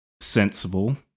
sensible